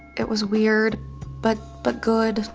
it was weird but but good oh,